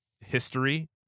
history